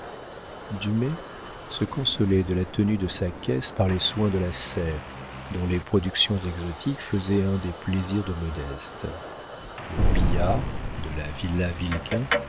dumay se consolait de la tenue de sa caisse par les soins de la serre dont les productions exotiques faisaient un des plaisirs de modeste le billard de la villa